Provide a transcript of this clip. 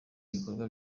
ibikorwa